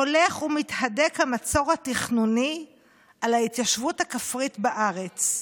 הולך ומתהדק המצור התכנוני על ההתיישבות הכפרית בארץ.